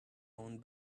own